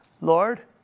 Lord